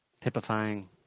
typifying